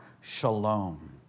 Shalom